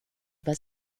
über